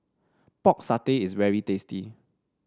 Pork Satay is very tasty